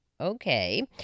Okay